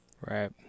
Right